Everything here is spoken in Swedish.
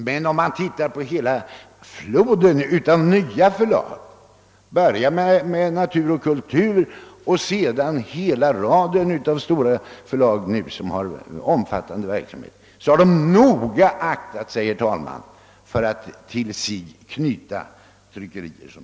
Men om vi betraktar hela floden av nya förlag — vi kan börja med Natur och Kultur och sedan studera raden av nyare stora förlag med omfattande verksamhet — finner vi att de noga undvikit att till sig knyta tryckerier.